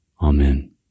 Amen